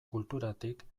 kulturatik